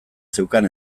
zeukan